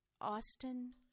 Austin